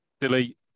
delete